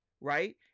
right